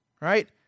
right